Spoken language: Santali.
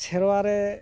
ᱥᱮᱨᱣᱟᱨᱮ